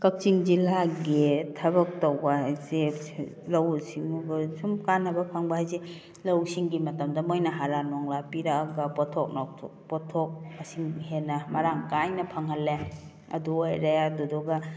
ꯀꯛꯆꯤꯡ ꯖꯤꯂꯥꯒꯤ ꯊꯕꯛ ꯇꯧꯕ ꯍꯥꯏꯁꯦ ꯂꯧꯎ ꯁꯤꯡꯎꯕ ꯁꯨꯝ ꯀꯥꯅꯕ ꯐꯪꯕ ꯍꯥꯏꯁꯦ ꯂꯧ ꯁꯤꯡꯒꯤ ꯃꯇꯝꯗ ꯃꯣꯏꯅ ꯍꯔꯥ ꯅꯨꯡꯂꯥ ꯄꯤꯔꯛꯑꯒ ꯄꯣꯊꯣꯛ ꯅꯥꯎꯊꯣꯛ ꯄꯣꯊꯣꯛ ꯃꯁꯤꯡ ꯍꯦꯟꯅ ꯃꯔꯥꯡ ꯀꯥꯏꯅ ꯐꯪꯍꯜꯂꯦ ꯑꯗꯨ ꯑꯣꯏꯔꯦ ꯑꯗꯨꯗꯨꯒ